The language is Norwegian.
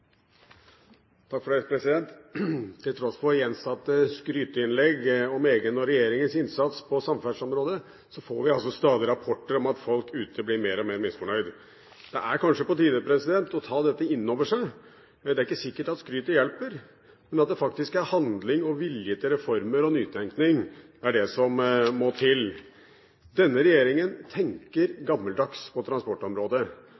Til tross for gjentatte skryteinnlegg om egen og regjeringens innsats på samferdselsområdet får vi stadig rapporter om at folk ute blir mer og mer misfornøyd. Det er kanskje på tide å ta dette inn over seg. Det er ikke sikkert at skrytet hjelper, men at det faktisk er handling og vilje til reformer og nytenkning som må til. Denne regjeringen